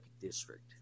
district